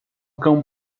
cão